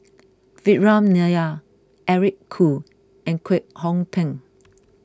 Vikram Nair Eric Khoo and Kwek Hong Png